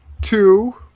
Two